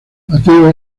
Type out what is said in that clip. mateo